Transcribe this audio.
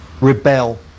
rebel